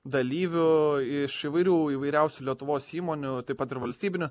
dalyvių iš įvairių įvairiausių lietuvos įmonių taip pat ir valstybinių